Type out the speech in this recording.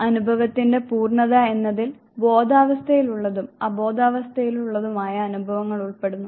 അനുഭവത്തിന്റെ പൂർണ്ണത എന്നതിൽ ബോധാവസ്ഥയിലുള്ളതും അബോധാവസ്ഥയിലുള്ളതുമായ അനുഭവങ്ങൾ ഉൾപ്പെടുന്നു